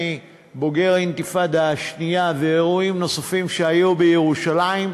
אני בוגר האינתיפאדה השנייה ואירועים נוספים שהיו בירושלים,